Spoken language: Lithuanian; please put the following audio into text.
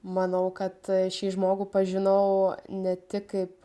manau kad šį žmogų pažinau ne tik kaip